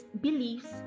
beliefs